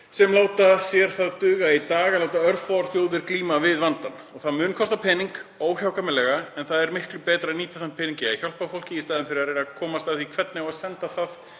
sem láta sér það duga í dag að láta örfáar þjóðir glíma við vandann. Það mun kosta pening, óhjákvæmilega, en það er miklu betra að nýta þann pening í að hjálpa fólki, í staðinn fyrir að reyna að komast að því hvernig eigi að senda það